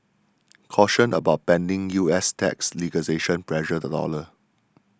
caution about pending U S tax legislation pressured the dollar